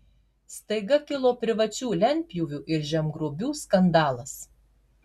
staiga kilo privačių lentpjūvių ir žemgrobių skandalas